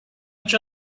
each